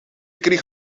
kreeg